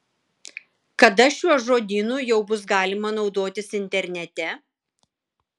kada šiuo žodynu jau bus galima naudotis internete